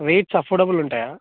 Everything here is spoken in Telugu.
వెయిట్స్ అఫోర్డబుల్ ఉంటాయా